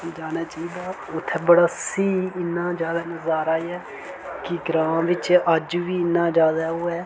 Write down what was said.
जाना चाही दा उत्थै बड़ा स्हेई इन्ना ज्यादा नजारा ऐ कि ग्रांऽ बिच्च अज्ज बी इन्ना ज्यादा ओह् ऐ